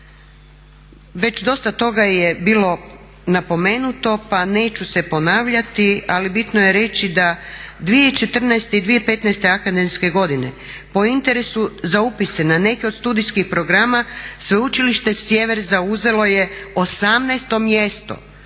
Već dosta toga je bilo napomenuto pa neću se ponavljati, ali bitno je reći da 2014. i 2015. akademske godine po interesu za upise na neke od studijskih programa Sveučilište Sjever zauzelo je 18. mjesto